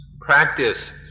practice